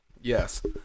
Yes